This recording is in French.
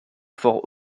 fort